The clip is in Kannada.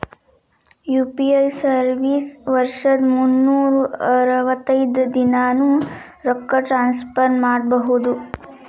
ಯು.ಪಿ.ಐ ಸರ್ವಿಸ್ ವರ್ಷದ್ ಮುನ್ನೂರ್ ಅರವತ್ತೈದ ದಿನಾನೂ ರೊಕ್ಕ ಟ್ರಾನ್ಸ್ಫರ್ ಮಾಡ್ಬಹುದು